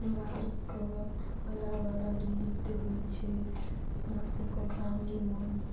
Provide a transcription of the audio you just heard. हमरा आरके अलग अलग नृत्य होइ छै हमरा सबके ग्रामीणमे